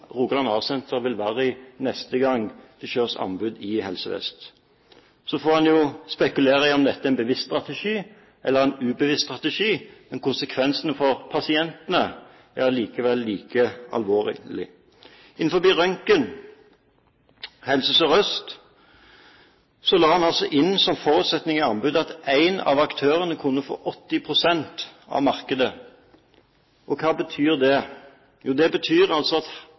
Rogaland A-senter vil være i neste gang det skal innhentes anbud i Helse Vest. Så får en jo spekulere i om dette er en bevisst strategi, eller en ubevisst strategi, men konsekvensene for pasientene er likevel like alvorlige. Når det gjelder røntgen, la Helse Sør-Øst inn som forutsetning i anbudet at én av aktørene kunne få 80 pst. av markedet. Hva betyr det? Jo, det betyr altså at